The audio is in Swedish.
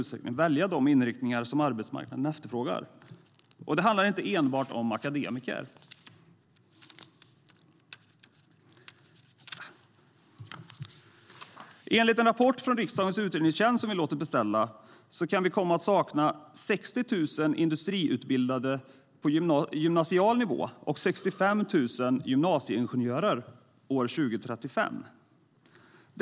Enligt en rapport från riksdagens utredningstjänst som vi låtit beställa kan vi komma att sakna 60 000 industriutbildade på gymnasial nivå och 65 000 gymnasieingenjörer år 2035.